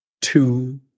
two